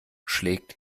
schlägt